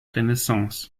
renaissance